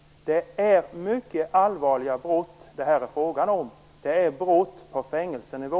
Det är mycket allvarliga brott det är frågan om här. Det är brott på fängelsenivå.